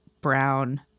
brown